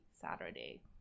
saturday